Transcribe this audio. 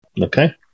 Okay